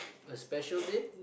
a special day